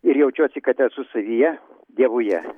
ir jaučiuosi kad esu savyje dievuje